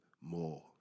more